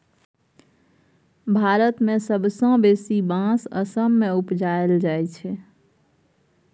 भारत मे सबसँ बेसी बाँस असम मे उपजाएल जाइ छै